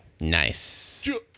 nice